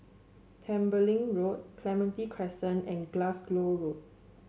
Tembeling Road Clementi Crescent and Glasgow Road